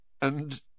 And